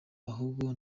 ahubwo